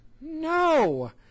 No